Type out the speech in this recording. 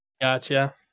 Gotcha